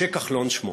משה כחלון שמו.